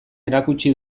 erakutsi